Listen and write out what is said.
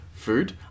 Food